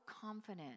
confident